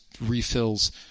refills